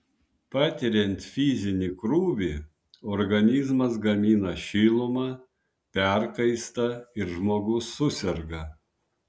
patiriant fizinį krūvį organizmas gamina šilumą perkaista ir žmogus suserga